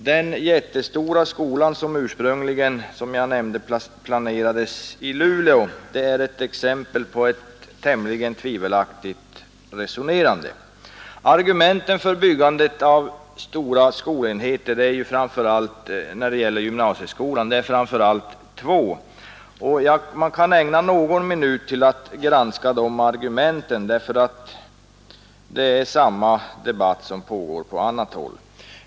Den jättestora skola som ursprungligen, som jag nämnde, planerades i Luleå är ett exempel på ett tämligen tvivelaktigt resonerande. Argumenten för byggandet av stora skolenheter när det gäller gymnasieskolan är framför allt två, och man kan ägna någon minut åt att granska de argumenten därför att det är samma debatt som pågår på annat håll.